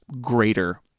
greater